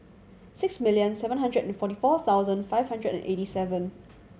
six million seven hundred and forty four thousand five hundred and eighty seven